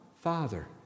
Father